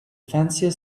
fancier